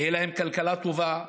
תהיה להם כלכלה טובה,